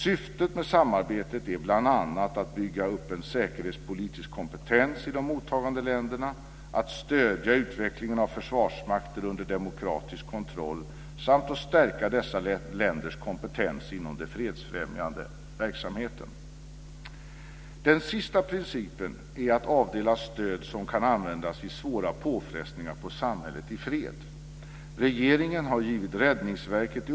Syftet med samarbetet är bl.a. att bygga upp en säkerhetspolitisk kompetens i de mottagande länderna, att stödja utvecklingen av försvarsmakten under demokratisk kontroll samt att stärka dessa länders kompetens inom den fredsfrämjande verksamheten. Den sista principen är att avdela stöd som kan användas vid svåra påfrestningar på samhället i fred.